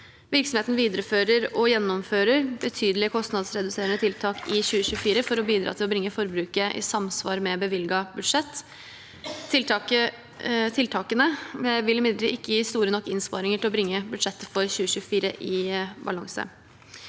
Virksomheten viderefører og gjennomfører betydelige kostnadsreduserende tiltak i 2024 for å bidra til å bringe forbruket i samsvar med bevilget budsjett. Tiltakene vil imidlertid ikke gi store nok innsparinger til å bringe budsjettet for 2024 i balanse.